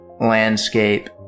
landscape